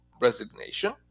resignation